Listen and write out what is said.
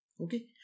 Okay